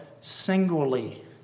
singly